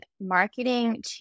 marketing